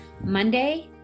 Monday